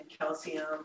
calcium